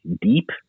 deep